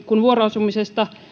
kun vuoroasumisesta